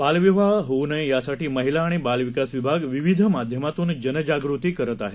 बालविवाहहोऊनयेयासाठीमहिलाआणिबालविकासविभागविविधमाध्यमातूनजनजागृतीकरतआहे